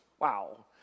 Wow